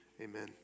Amen